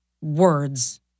words